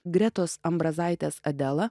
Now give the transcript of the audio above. gretos ambrazaitės adela